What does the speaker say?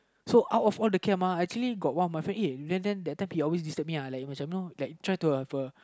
so out of all the camp uh actually got one my friend uh that time he always try to annoy me uh like like try to have a